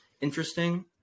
interesting